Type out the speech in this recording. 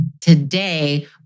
today